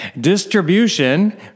distribution